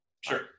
Sure